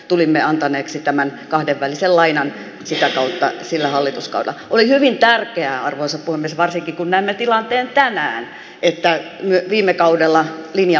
tulimme antaneeksi tämän kahdenvälisen laihan sitä kautta sillä hallitusta olisi elintärkeää arvonsa kunnes varsikin kun valtuuskunta kokoontuu tänään että me viime kaudella linja